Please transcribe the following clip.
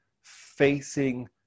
facing